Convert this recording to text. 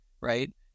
right